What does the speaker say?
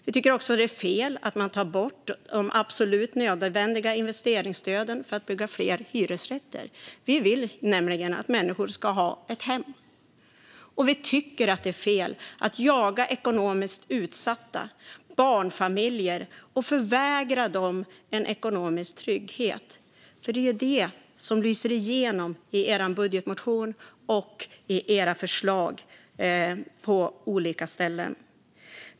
Vi tycker också att det är fel att man tar bort de absolut nödvändiga investeringsstöden för att bygga fler hyresrätter. Vi vill nämligen att människor ska ha ett hem. Vi tycker att det är fel att jaga ekonomiskt utsatta barnfamiljer och förvägra dem en ekonomisk trygghet. För det är ju detta som lyser igenom i er budgetmotion och i era förslag på olika ställen.